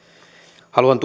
haluan